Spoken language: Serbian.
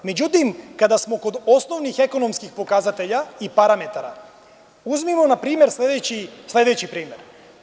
Međutim, kada smo kod osnovnih ekonomskih pokazatelja i parametara, uzmimo na primer sledeći primer.